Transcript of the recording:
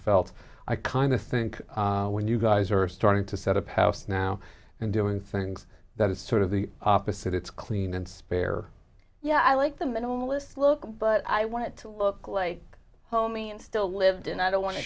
felt i kind of think when you guys are starting to set up house now and doing things that is sort of the opposite it's clean and spare yeah i like the minimalist look but i want to look like homey and still lived in i don't want to